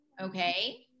Okay